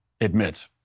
admit